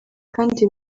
kandi